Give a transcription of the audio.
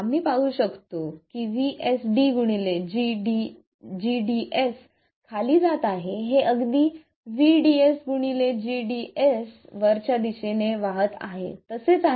आम्ही पाहु शकतो की vSD gds खाली जात आहे हे अगदी vds gds वरच्या दिशेने वाहत आहे तसेच आहे